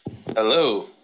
Hello